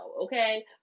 okay